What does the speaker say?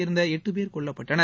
சேர்ந்த எட்டு பேர் கொல்லப்பட்டனர்